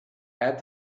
had